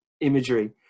imagery